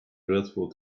dreadful